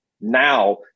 now